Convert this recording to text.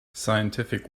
scientific